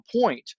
point